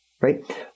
right